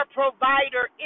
provider